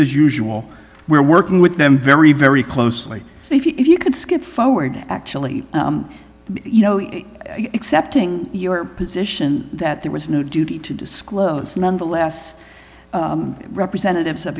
as usual we're working with them very very closely so if you could skip forward to actually you know accepting your position that there was no duty to disclose nonetheless representatives of